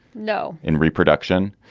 no. in reproduction.